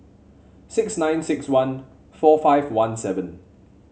six nine six one four five one seven